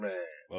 Man